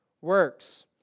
works